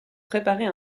préparer